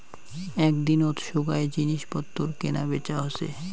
এক দিনত সোগায় জিনিস পত্তর কেনা বেচা হসে